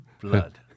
Blood